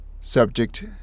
Subject